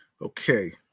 Okay